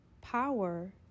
power